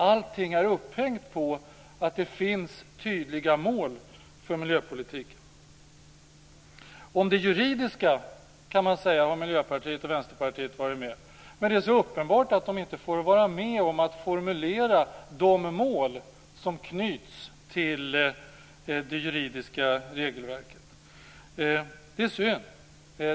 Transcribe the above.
Allting är upphängt på att det finns tydliga mål för miljöpolitiken. Miljöpartiet och Vänsterpartiet har varit med på det juridiska området. Men det är uppenbart att de inte får vara med och formulera de mål som knyts till det juridiska regelverket. Det är synd.